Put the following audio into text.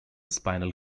spinal